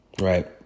right